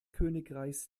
königreichs